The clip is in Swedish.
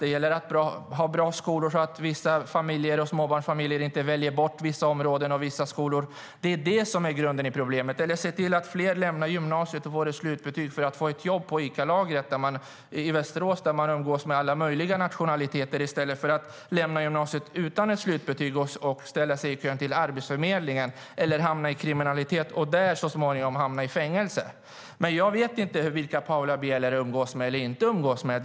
Det gäller att ha bra skolor, så att vissa familjer och småbarnsfamiljer inte väljer bort vissa områden och vissa skolor. Det handlar också om att se till att fler lämnar gymnasiet och får ett slutbetyg så att de får ett jobb på Icalagret i Västerås, där man umgås med alla möjliga nationaliteter, i stället för att lämna gymnasiet utan ett slutbetyg och ställa sig i kön på Arbetsförmedlingen eller hamna i kriminalitet och så småningom i fängelse. Jag vet inte vilka Paula Bieler umgås med eller inte umgås med.